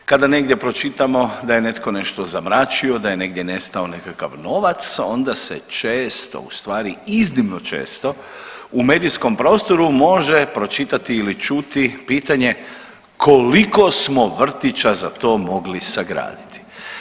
Kada negdje pročitamo da je netko nešto zamračio, da je negdje nestao nekakav novac onda se često u stvari iznimno često u medijskom prostoru može pročitati ili čuti pitanje koliko smo vrtića za to mogli sagraditi.